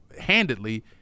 handedly